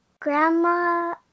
grandma